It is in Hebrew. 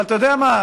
אבל אתה יודע מה?